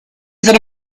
ser